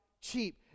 cheap